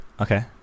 Okay